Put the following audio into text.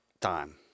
time